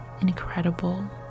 incredible